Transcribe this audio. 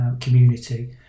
community